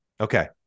Okay